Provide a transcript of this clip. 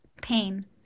pain